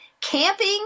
camping